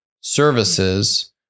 services